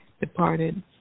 departed